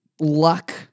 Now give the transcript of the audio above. luck